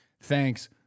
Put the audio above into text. thanks